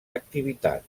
activitat